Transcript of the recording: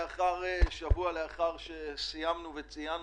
לאלה שמתחת ל-20 מיליון שקל,